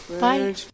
Bye